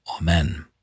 Amen